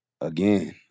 Again